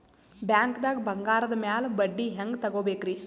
ಬ್ಯಾಂಕ್ದಾಗ ಬಂಗಾರದ್ ಮ್ಯಾಲ್ ಬಡ್ಡಿ ಹೆಂಗ್ ತಗೋಬೇಕ್ರಿ?